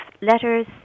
letters